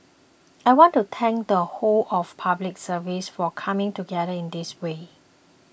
I want to thank the whole of the Public Service for coming together in this way